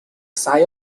sigh